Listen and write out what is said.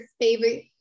favorite